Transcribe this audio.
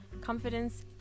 Confidence